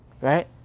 right